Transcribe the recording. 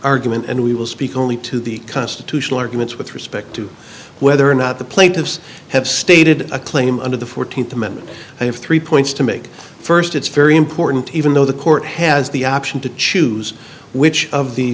argument and we will speak only to the constitutional arguments with respect to whether or not the plaintiffs have stated a claim under the fourteenth amendment i have three points to make first it's very important even though the court has the option to choose which of the